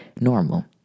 normal